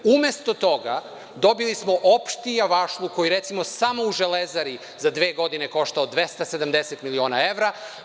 Umesto toga dobili smo opšti javašluk koji recimo samo u „Železari“ za dve godine košta 270 miliona evra.